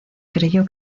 creyó